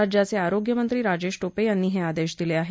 राज्याचे आरोग्यमंत्री राजेश टोपे यांनी हे आदेश दिले आहेत